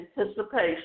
anticipation